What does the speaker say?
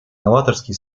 новаторские